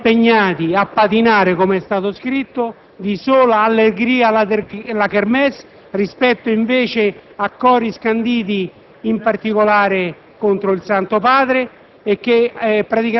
che si sono impegnati a "patinare" - come è stato riportato - di sola allegria la *kermesse* rispetto invece ai cori scanditi in particolare contro il Santo Padre,